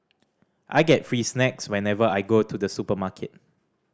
I get free snacks whenever I go to the supermarket